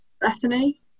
Bethany